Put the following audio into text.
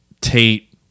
Tate